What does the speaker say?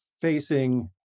facing